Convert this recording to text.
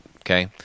Okay